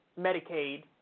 Medicaid